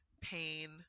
pain